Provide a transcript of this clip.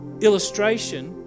illustration